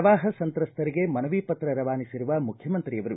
ಪ್ರವಾಹ ಸಂತ್ರಸ್ತರಿಗೆ ಮನವಿ ಪತ್ರ ರವಾನಿಸಿರುವ ಮುಖ್ಯಮಂತ್ರಿಯವರು